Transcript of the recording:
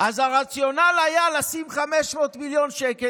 אז הרציונל היה לשים 500 מיליון שקל,